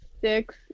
six